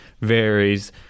varies